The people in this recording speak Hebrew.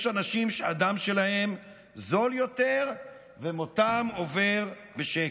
יש אנשים שהדם שלהם זול יותר ומותם עובר בשקט.